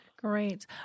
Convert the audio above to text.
Great